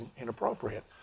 inappropriate